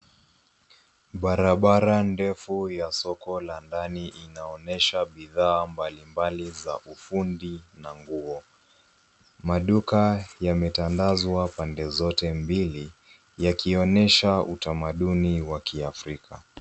Barabara ndefu la soko ya ndani inaonyesha bidhaa mbalimbali za ufundi na nguo. Maduka yametandazwa pande zote mbili yakionyesha utamaduni wa kiafrika.